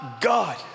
God